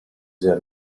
their